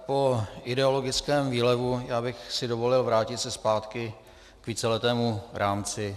Po ideologickém výlevu bych si dovolil vrátit se zpátky k víceletému rámci.